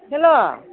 hello